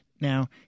Now